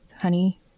honey